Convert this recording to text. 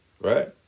Right